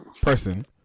person